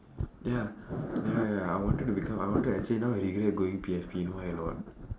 ya ya ya ya I wanted to become I wanted to actually now I regret going P_F_P you know why or not